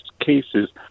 cases